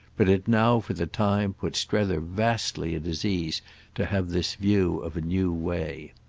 but it now for the time put strether vastly at his ease to have this view of a new way.